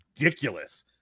ridiculous